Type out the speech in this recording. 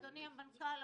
אדוני המנכ"ל,